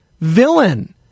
villain